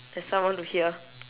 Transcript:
there's someone to hear